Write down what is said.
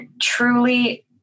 truly